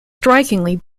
strikingly